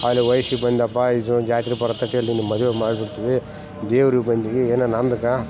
ಅಲ್ಲಾ ವಹಿಸಿ ಬಂದಪ್ಪಾ ಇದು ಒಂದು ಜಾತ್ರೆ ಬರ್ತಾತಿ ನಿನ್ನ ಮದುವೆ ಮಾಡಿ ಬಿಡ್ತೀವಿ ದೇವ್ರಿಗೆ ಬಂದೀವಿ ಏನು ನಮ್ದಕ್ಕೆ